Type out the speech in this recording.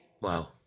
Wow